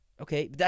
Okay